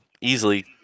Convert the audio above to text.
easily